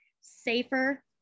safer